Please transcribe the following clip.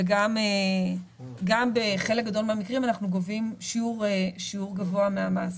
וגם בחלק גדול מהמקרים אנחנו גובים שיעור גבוה מהמס.